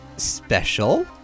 special